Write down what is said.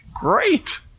great